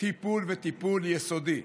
טיפול יסודי.